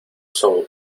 son